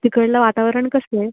तिकडलं वातावरण कसं आहे